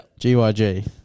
GYG